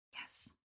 Yes